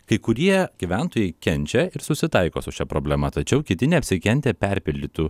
kai kurie gyventojai kenčia ir susitaiko su šia problema tačiau kiti neapsikentę perpildytų